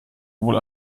wohl